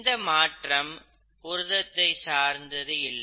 இந்த மாற்றம் புரதத்தை சார்ந்து இல்லை